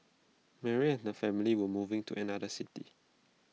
Mary and her family were moving to another city